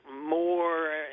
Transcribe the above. more